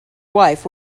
wife